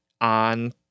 on